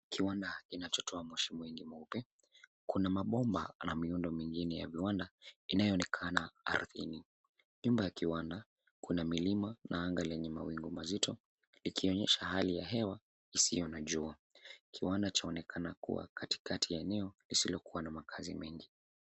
Kiwanda kinachotoa moshi mwingi mweupe. Kuna mabomba na miundo mingine ya viwanda inayoonekana ardhini. Nyuma ya kiwanda kuna milima na anga lenye mawingu mazito likionyesha hali ya hewa isiyo na jua. Kiwanda kinaonekana kuwa katikati ya eneo lisilokuwa na makaazi mengi.